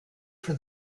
for